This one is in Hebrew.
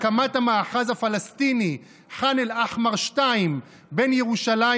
הקמת המאחז הפלסטיני ח'אן אל-אחמר 2 בין ירושלים